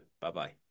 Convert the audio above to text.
Bye-bye